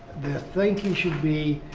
the thinking should be,